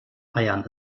eiern